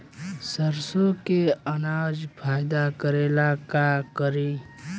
सरसो के अनाज फायदा करेला का करी?